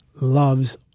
Loves